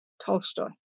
Tolstoy